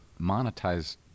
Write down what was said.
monetize